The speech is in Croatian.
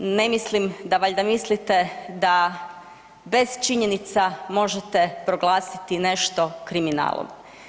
Ne mislim da valja mislite da bez činjenica možete proglasiti nešto kriminalom.